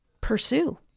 pursue